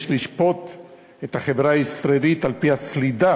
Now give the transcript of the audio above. יש לשפוט את החברה הישראלית על-פי הסלידה